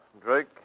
Drake